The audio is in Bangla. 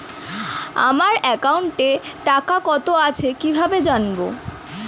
আমার একাউন্টে টাকা কত আছে কি ভাবে জানবো?